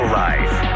life